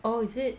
oh is it